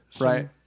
Right